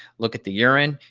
look at the urine,